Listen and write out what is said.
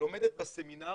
לומדת בסמינר